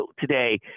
today